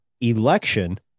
election